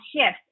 shift